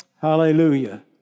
Hallelujah